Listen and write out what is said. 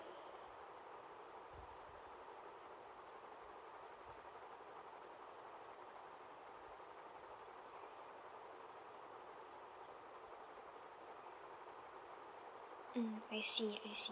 mm I see I see